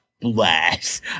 Bless